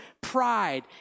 pride